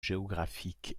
géographique